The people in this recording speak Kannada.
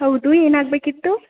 ಹೌದು ಏನಾಗಬೇಕಿತ್ತು